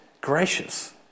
gracious